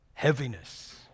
heaviness